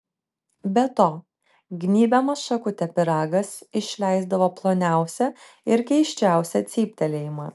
be to gnybiamas šakute pyragas išleisdavo ploniausią ir keisčiausią cyptelėjimą